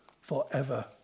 forever